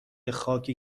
خاکی